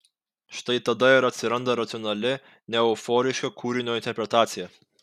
štai tada ir atsiranda racionali neeuforiška kūrinio interpretacija